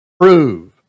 prove